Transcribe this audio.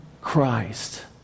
Christ